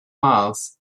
miles